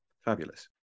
Fabulous